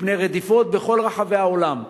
מפני רדיפות בכל רחבי העולם,